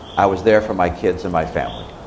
i was there for my kids and my family.